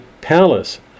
palace